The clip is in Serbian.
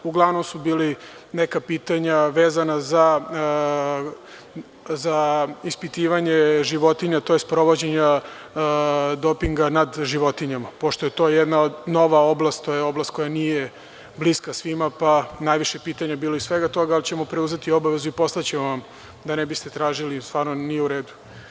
Uglavnom su bila neka pitanja vezana za ispitivanje životinja, tj. sprovođenje dopinga nad životinjama, pošto je to jedna nova oblast, oblast koja nije bliska svima, pa je najviše pitanja bilo i iz svega toga, ali ćemo preuzeti obavezu i poslaćemo vam, da ne biste tražili, jer stvarno nije u redu.